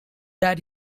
that